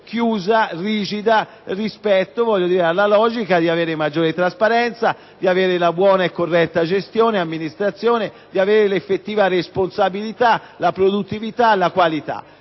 chiusa, rigida rispetto ad una logica di maggiore trasparenza, di buona e corretta gestione e amministrazione, di effettiva responsabilità, produttività e qualità.